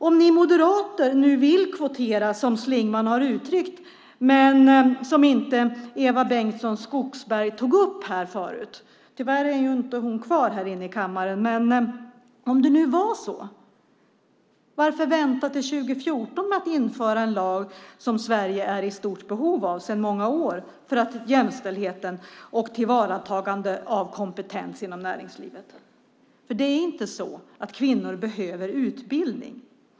Om ni moderater nu vill kvotera, som Schlingmann har uttryckt men som Eva Bengtson Skogsberg inte tog upp här förut - tyvärr är hon inte kvar här i kammaren - varför då vänta till 2014 med att införa en lag som Sverige är i stort behov av sedan många år för jämställdheten och tillvaratagande av kompetens inom näringslivet? Det är ju inte så att kvinnor behöver utbildning.